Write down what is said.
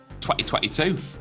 2022